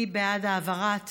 מי בעד העברת